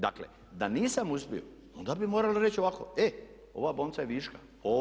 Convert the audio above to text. Dakle, da nisam uspio onda bi morali reći ovako, e ova bolnica je viška.